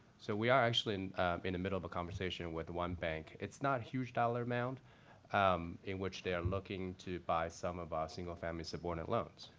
so we are actually and the middle of a conversation with one bank it's not huge dollar amount um in which they are looking to buy some of our single-family subordinate loans.